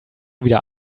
wieder